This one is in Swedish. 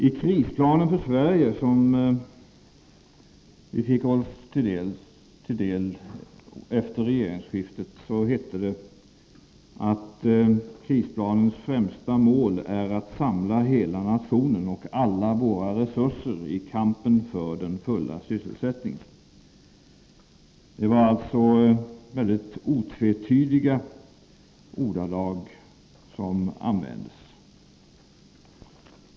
I ”Krisplaner för Sverige”, som vi fick oss till dels efter regeringsskiftet, hette det att krisplanens främsta mål är att samla hela nationen och alla våra resurser i kampen för den fulla sysselsättningen. Det var alltså otvetydiga ordalag som användes.